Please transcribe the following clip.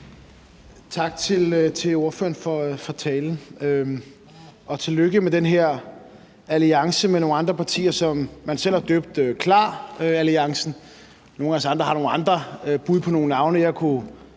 Tak til ordføreren for talen, og tillykke med den her alliance med nogle andre partier, som man selv har døbt KLAR-alliancen. Nogle af os andre har nogle andre bud på nogle navne.